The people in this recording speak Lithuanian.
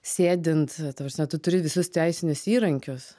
sėdint ta prasme tu turi visus teisinius įrankius